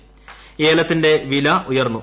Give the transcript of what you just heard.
ഏലം ഏലത്തിന്റെ വില ഉയർന്നു